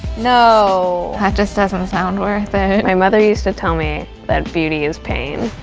no. that just doesn't sound worth it. my mother used to tell me that beauty is pain.